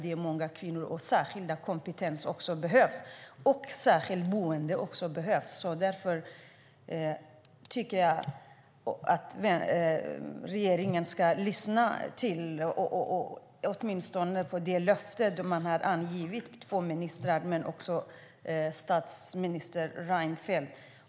Det är många kvinnor, och särskild kompetens och särskilda boenden behövs. Därför tycker jag att regeringen ska lyssna, åtminstone de två ministrar som har givit löften men också statsminister Reinfeldt.